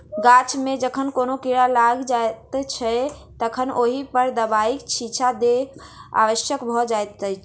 गाछ मे जखन कोनो कीड़ा लाग लगैत छै तखन ओहि पर दबाइक छिच्चा देब आवश्यक भ जाइत अछि